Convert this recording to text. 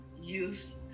use